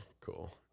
cool